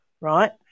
right